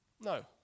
No